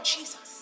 Jesus